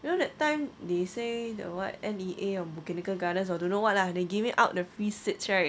you know that time they say the what N_E_A or botanical gardens or don't know [what] lah they giving out the free seats right